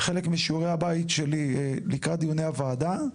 חלק משיעורי הבית שלי לקראת דיוני הוועדה.